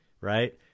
right